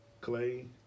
Clay